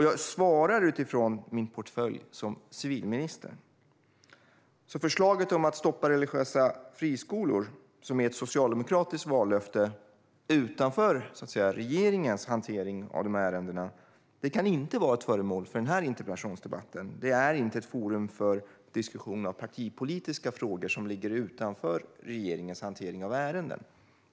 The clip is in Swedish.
Jag svarar utifrån min portfölj som civilminister. Förslaget om att stoppa religiösa friskolor, som är ett socialdemokratiskt vallöfte utanför regeringens hantering av ärenden, kan inte vara föremål för denna interpellationsdebatt. Detta är inte ett forum för diskussion om partipolitiska frågor som ligger utanför regeringens hantering av ärenden.